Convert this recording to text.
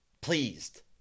pleased